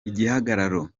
igihagararo